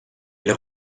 elle